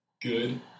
good